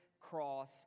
cross